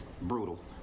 brutal